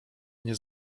nie